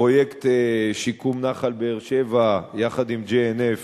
פרויקט שיקום נחל באר-שבע יחד עם JNF,